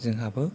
जोंहाबो